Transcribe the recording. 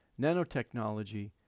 nanotechnology